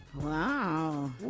Wow